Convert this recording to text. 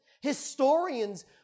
Historians